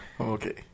okay